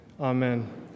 Amen